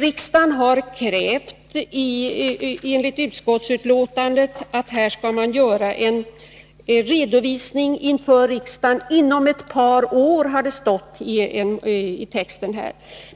Riksdagen har enligt betänkandet krävt att man skall göra en redovisning inför riksdagen ”inom ett par år”.